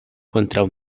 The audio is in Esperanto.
kontraŭ